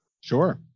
sure